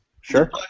Sure